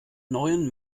neuen